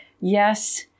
yes